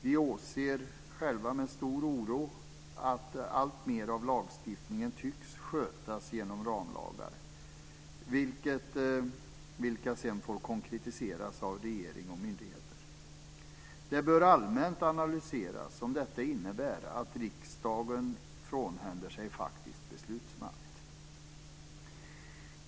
Vi åser själva med stor oro att alltmer av lagstiftningen tycks skötas genom ramlagar, vilka sedan får konkretiseras av regering och myndigheter. Det bör allmänt analyseras om detta innebär att riksdagen frånhänder sig faktisk beslutsmakt.